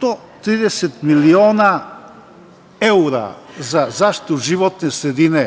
130 miliona evra za zaštitu životne sredine,